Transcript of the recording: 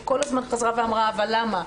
היא כל הזמן חזרה ואמרה: אבל למה?